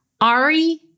Ari